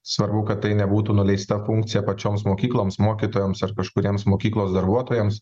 svarbu kad tai nebūtų nuleista funkcija pačioms mokykloms mokytojams ar kažkuriems mokyklos darbuotojams